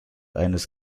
eines